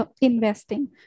investing